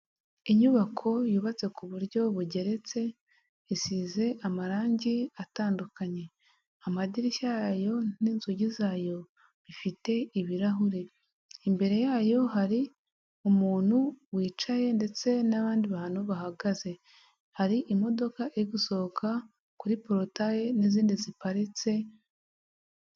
Inyubako yubatse kuburyo bugeretse isize amarangi atandukanye amadirishya yayo n'inzugi zayo bifite ibirahuri imbere yayo hari umuntu wicaye ndetse n'abandi bantu bahagaze hari imodoka igusohoka kuri porotaye n'izindi ziparitse.